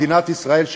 מדינת ישראל,